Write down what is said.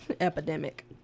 epidemic